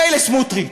מילא סמוטריץ.